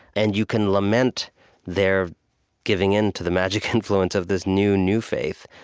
and you can lament their giving in to the magic influence of this new, new faith,